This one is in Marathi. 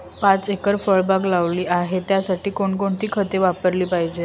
पाच एकर फळबाग लावली आहे, त्यासाठी कोणकोणती खते वापरली पाहिजे?